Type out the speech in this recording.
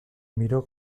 miró